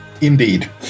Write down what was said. Indeed